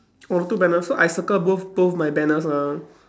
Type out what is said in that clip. oh two banners so I circle both both my banners ah